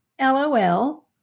LOL